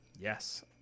Yes